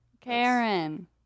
Karen